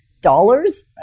dollars